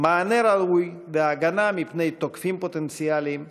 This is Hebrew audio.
מענה ראוי והגנה מפני תוקפים פוטנציאליים,